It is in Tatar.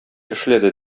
эшләде